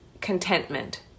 contentment